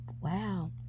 wow